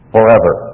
Forever